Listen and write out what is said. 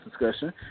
discussion